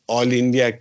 All-India